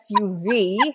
SUV